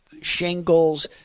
shingles